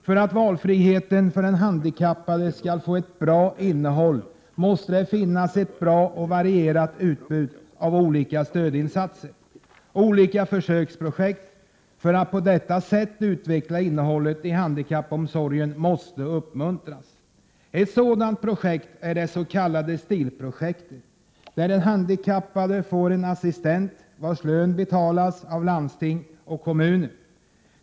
För att valfriheten för den handikappade skall få ett bra innehåll måste det finnas ett bra och varierat utbud av olika stödinsatser. Olika försöksprojekt för att utveckla handikappomsorgen måste därför uppmuntras. Ett sådant projekt är det s.k. STIL-projektet, som innebär att den handikappade får en assistent vars lön betalas av landstinget och kommunen.